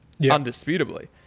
undisputably